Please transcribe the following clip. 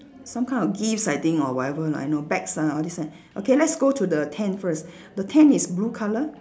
some kind of gifts I think or whatever I know bags ah all these ah okay let's go to the tent first the tent is blue colour